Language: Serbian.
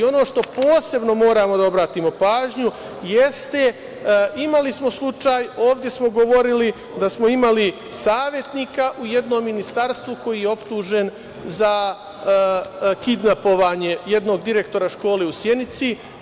Ono što posebno moramo da obratimo pažnju, jeste da smo imali slučaj, ovde smo govorili, da smo imali savetnika u jednom ministarstvu koji je optužen za kidnapovanje jednog direktora škole u Sjenici.